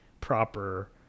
proper